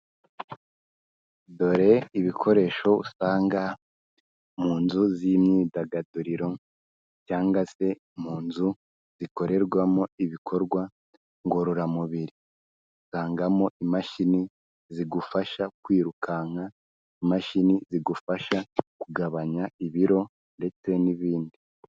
Dore ibikoresho usanga mu nzu z'imyidagaduro cyangwa se mu nzu zikorerwamo ibikorwa ngororamubiri, usangamo imashini zigufasha kwirukanka, imashini zigufasha kugabanya ibiro ndetse n'ibindi.